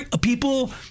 people